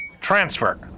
...transfer